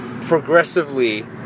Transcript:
Progressively